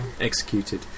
executed